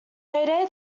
heyday